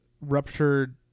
ruptured